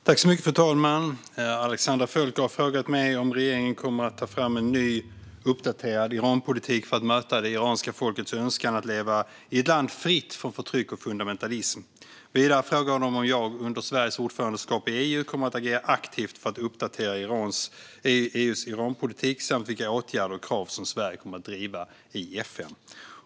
Fru talman! Alexandra Völker har frågat mig om regeringen kommer att ta fram en ny uppdaterad Iranpolitik för att möta det iranska folkets önskan att leva i ett land fritt från förtryck och fundamentalism. Vidare frågar hon om jag under Sveriges ordförandeskap i EU kommer att agera aktivt för att uppdatera EU:s Iranpolitik samt vilka åtgärder och krav som Sverige kommer att driva i FN.